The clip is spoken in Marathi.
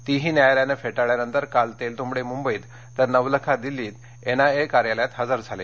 तीही न्यायालयानं फेटाळल्यानंतर काल तेलतुंबडे मुंबईत तर नवलखा दिल्लीत एनआयए कार्यालयात हजर झाले